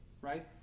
Right